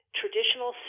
traditional